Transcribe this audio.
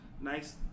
nice